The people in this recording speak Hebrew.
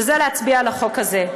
וזה להצביע על החוק הזה.